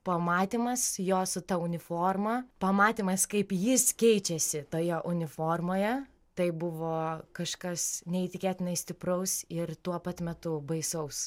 pamatymas jo su ta uniforma pamatymas kaip jis keičiasi toje uniformoje tai buvo kažkas neįtikėtinai stipraus ir tuo pat metu baisaus